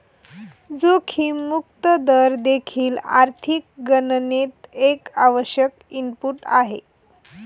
जोखीम मुक्त दर देखील आर्थिक गणनेत एक आवश्यक इनपुट आहे